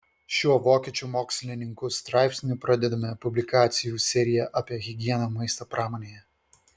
šiuo vokiečių mokslininkų straipsniu pradedame publikacijų seriją apie higieną maisto pramonėje